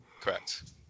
Correct